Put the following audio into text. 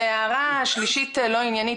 זאת הערה שלישית לא עניינית.